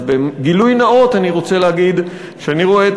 אז בגילוי נאות אני רוצה להגיד שאני רואה את